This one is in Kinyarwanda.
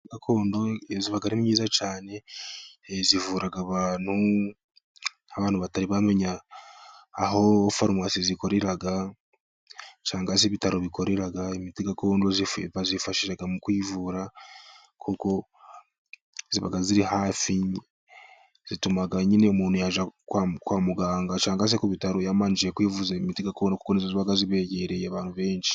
Iba ari myiza cyane, zivura abantu batari bamenya aho farumasi zikorera cyangwasi aho ibitaro bikorera. Imiti gakondo bazifashisha mu kuyivura kuko ziba ziri hafi zituma nyine umuntu yajya kwamuganga cyangwa se ku bitaro yabanje kwivuza, imiti iba yebegereye abantu benshi